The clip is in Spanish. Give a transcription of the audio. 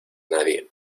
nadie